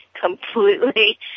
completely